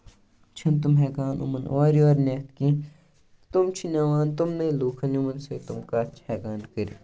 چھِ نہٕ تٔمۍ ہٮ۪کان یِمَن اورٕ یور نِتھ کیٚنٛہہ تٔمۍ چھِ نِوان أمنٕے لوٗکن یِمن سۭتۍ تٔمۍ کَتھ چھِ ہٮ۪کان کٔرِتھ